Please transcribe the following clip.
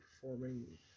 performing